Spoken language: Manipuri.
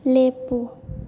ꯂꯦꯞꯄꯨ